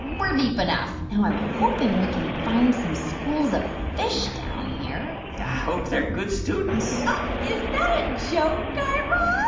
we're deep enough. now, i'm hoping we can find some schools of fish down here i hope they're good students is that a joke, guy raz?